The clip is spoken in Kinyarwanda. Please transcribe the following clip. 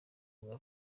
bwa